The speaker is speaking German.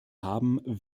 haben